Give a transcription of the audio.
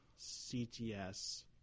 CTS